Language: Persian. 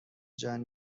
جنگ